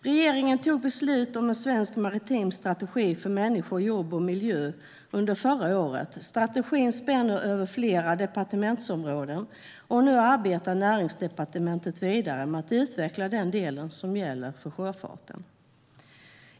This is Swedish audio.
Regeringen fattade beslut om en svensk maritim strategi för människor, jobb och miljö under förra året. Strategin spänner över flera departementsområden, och nu arbetar Näringsdepartementet vidare med att utveckla den del som gäller sjöfarten.